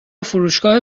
فروشگاه